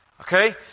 okay